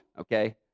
okay